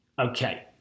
Okay